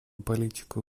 политику